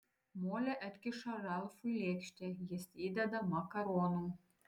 molė atkiša ralfui lėkštę jis įdeda makaronų